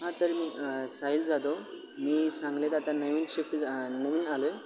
हां तर मी साहिल जाधो मी सांगलीत आता नवीन शिफ्ट जा नवीन आलो आहे